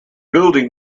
building